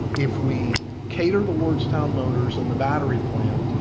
if we cater to lordstown motors and the battery plant,